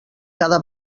cada